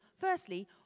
Firstly